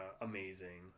amazing